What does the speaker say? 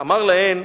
אמר להם: